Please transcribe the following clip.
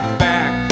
back